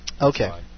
Okay